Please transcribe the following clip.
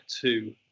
two